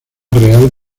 real